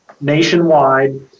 nationwide